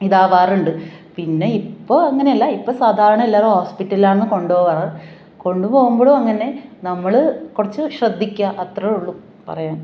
ഇതാകാറുണ്ട് പിന്നെ ഇപ്പോൾ അങ്ങനെ അല്ല ഇപ്പോൾ സാധാരണ എല്ലാവരും ഹോസ്പിറ്റലിലാണ് കൊണ്ട് പോകാറ് കൊണ്ട് പോകുമ്പോഴും അങ്ങനെ നമ്മൾ കുറച്ച് ശ്രദ്ധിക്കുക അത്രയേ ഉള്ളു പറയാൻ